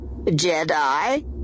Jedi